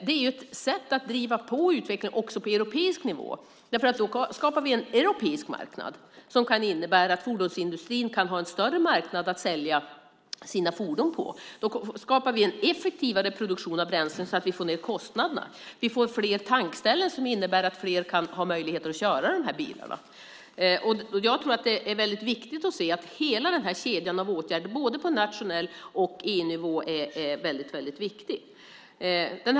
Det är ett sätt att driva på utvecklingen också på europeisk nivå eftersom vi då skapar en europeisk marknad där fordonsindustrin kan sälja sina fordon. Då skapar vi en effektivare produktion av bränslen och får ned kostnaderna. Vi får fler tankställen, och det innebär att fler får möjlighet att köra dessa bilar. Hela kedjan av åtgärder, både på nationell nivå och på EU-nivå, är väldigt viktig.